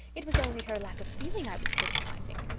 it was only her lack of feeling i was criticizing.